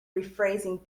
rephrasing